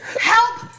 Help